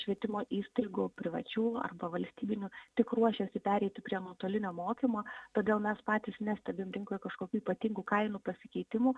švietimo įstaigų privačių arba valstybinių tik ruošiasi pereiti prie nuotolinio mokymo todėl mes patys nestebim rinkoj kažkokių ypatingų kainų pasikeitimų